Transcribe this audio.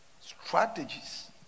strategies